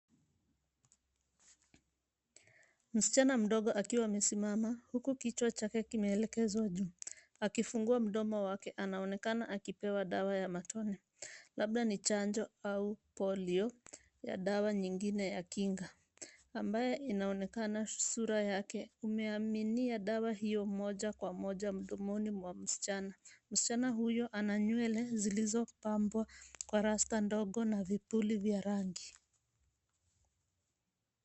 Msichana mdogo akiwa amesimama huku kichwa chake kimeelekezwa juu akifungua mdomo wake. Anaonekana akipewa dawa ya matone labda ni chanjo au polio ya dawa nyingine ya kinga. Ambaye anaonekana sura yake ameyaminia dawa hiyo moja kwa moja mdomoni mwa msichana. Msichana huyu ana nywele zilizopambwa kwa rasta ndogo na vipuli vya rangi.